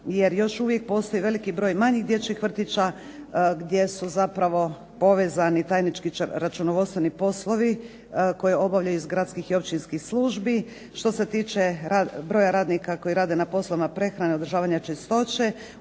jer još uvijek postoji veliki broj manjih dječjih vrtića gdje su zapravo povezani tajnički i računovodstveni poslove koje obavljaju iz gradskih i općinskih službi. Što se tiče broja radnika koji rade na poslovima prehrane, održavanje čistoće,